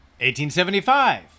1875